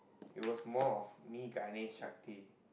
it was more of me Ganesh Shakti